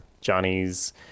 Johnny's